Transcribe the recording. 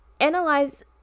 analyze